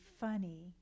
funny